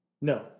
No